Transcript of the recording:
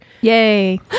Yay